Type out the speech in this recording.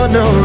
no